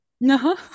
No